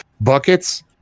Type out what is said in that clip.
buckets